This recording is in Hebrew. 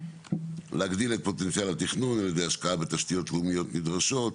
להגדיל את פוטנציאל התכנון על ידי השקעה בתשתיות לאומיות נדרשות,